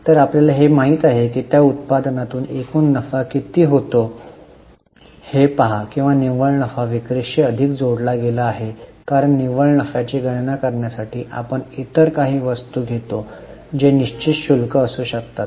तर आपल्याला हे माहित आहे की त्या उत्पादनातून एकूण नफा किती होतो हे पहा की निव्वळ नफा विक्रीशी अधिक जोडला गेला आहे कारण निव्वळ नफ्याची गणना करण्यासाठी आपण इतर काही वस्तू घेतो जे निश्चित शुल्क असू शकतात